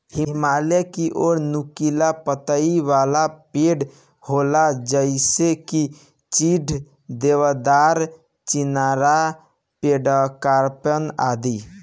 हिमालय की ओर नुकीला पतइ वाला पेड़ होला जइसे की चीड़, देवदार, चिनार, पोड़ोकार्पस आदि